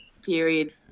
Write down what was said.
Period